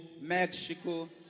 Mexico